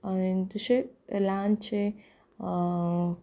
तशे ल्हानशे